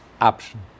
option